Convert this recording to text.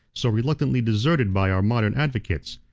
so reluctantly deserted by our modern advocates.